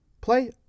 play